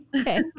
okay